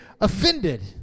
offended